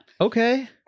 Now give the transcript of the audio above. Okay